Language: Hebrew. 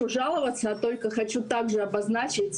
אנחנו לא יכולים להתחיל במשא ומתן ללא מסגרת תקציבית.